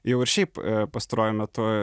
jau ir šiaip pastaruoju metu